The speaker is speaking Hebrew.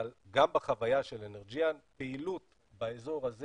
אבל גם בחוויה של אנרג'יאן פעילות באזור הזה